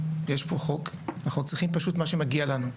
יש כאן חוק ואנחנו צריכים את מה שמגיע לנו.